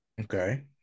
Okay